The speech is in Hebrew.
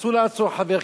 אסור לעצור חבר כנסת.